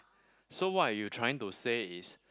so what you trying to say is